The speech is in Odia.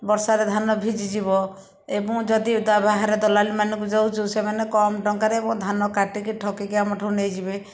ବର୍ଷାରେ ଧାନ ଭିଜି ଯିବ ଏବଂ ଯଦି ଓଦା ବାହାରେ ଦଲାଲମାନଙ୍କୁ ଦେଉଛୁ ସେମାନେ କମ୍ ଟଙ୍କାରେ ଏବଂ ଧାନ କାଟିକି ଠକିକି ଆମଠୁ ନେଇଯିବ